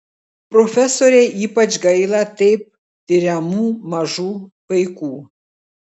profesorei ypač gaila taip tiriamų mažų vaikų